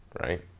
right